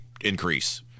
increase